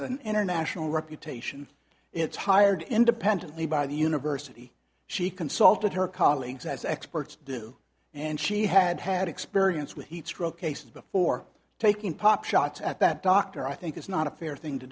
an international reputation it's hired independently by the university she consulted her colleagues as experts do and she had had experience with heatstroke cases before taking pop shots at that doctor i think it's not a fair thing to